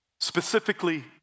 specifically